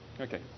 Okay